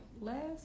last